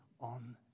on